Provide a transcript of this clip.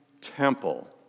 temple